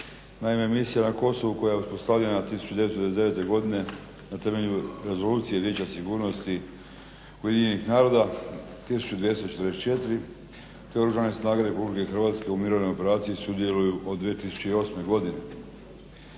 Naime Misija na Kosovu koja je uspostavljena 1999.godine na temelju Rezolucije vijeća sigurnosti UN 1244 te Oružane snage RH u Mirovnoj operaciji sudjeluju od 2008.godine.